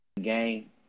game